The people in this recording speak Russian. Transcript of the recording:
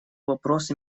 вопрос